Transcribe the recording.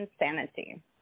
Insanity